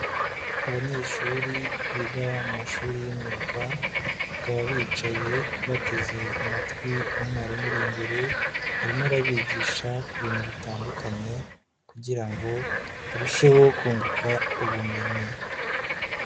Abanyeshuri biga mu mashuri y'imyuga bakaba bicaye bateze amatwi umwarimu uri imbere arimo arabigisha ku bintu bitandukanye kugira ngo barusheho kunguka ubumenyi.